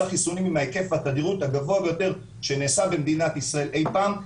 חיסונים עם ההיקף התדירות הגבוה ביותר שנעשה במדינת ישראל אי פעם,